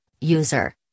user